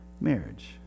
marriage